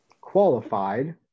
qualified